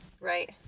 right